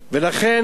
ולכן,